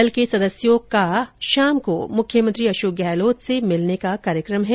दल के सदस्यों का शाम को मुख्यमंत्री अशोक गहलोत से मिलने का कार्यक्रम है